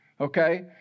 Okay